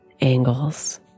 angles